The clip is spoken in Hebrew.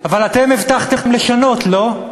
אבל אתם הבטחתם לשנות, לא?